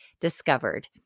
discovered